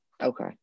Okay